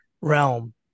realm